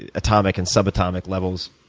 ah atomic and subatomic levels,